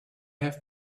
have